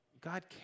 God